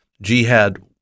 jihad